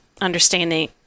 understanding